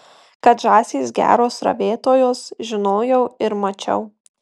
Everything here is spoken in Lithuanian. kad žąsys geros ravėtojos žinojau ir mačiau